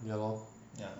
ya lor